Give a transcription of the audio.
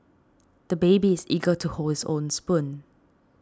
the baby is eager to hold his own spoon